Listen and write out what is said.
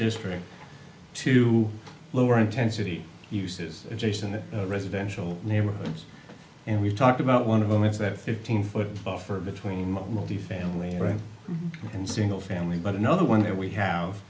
district to lower intensity uses in the residential neighborhoods and we've talked about one of them is that fifteen foot buffer between multi family right and single family but another one that we have